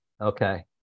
okay